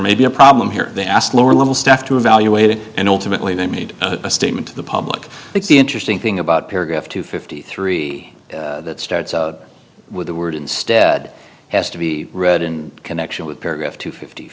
may be a problem here they asked lower level staff to evaluate it and ultimately they made a statement to the public that's the interesting thing about paragraph two fifty three that starts with the word instead has to be read in connection with paragraph two fifty